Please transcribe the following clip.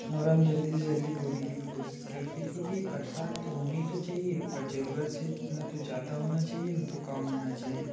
और हम जल्दी से जल्दी बोने की भी कोशिश करते हैं क्योंकि बरसात होनी तो चाहिए पर ज़रूरत से ना तो ज़्यादा होना चाहिए ना तो कम होना चाहिए